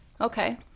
Okay